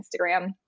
Instagram